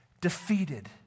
defeated